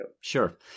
Sure